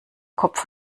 kopf